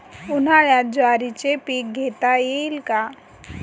उन्हाळ्यात ज्वारीचे पीक घेता येईल का?